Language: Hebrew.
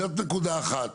זאת נקודה אחת.